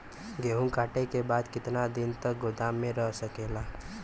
गेहूँ कांटे के बाद कितना दिन तक गोदाम में रह सकेला?